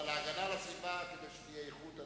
אבל ההגנה על הסביבה כדי שתהיה איכות.